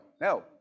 No